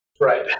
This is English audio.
Right